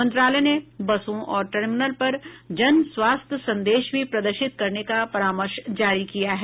मंत्रालय ने बसों और टर्मिनल पर जन स्वास्थ्य संदेश भी प्रदर्शित करने का परामर्श जारी किया है